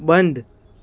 બંધ